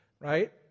right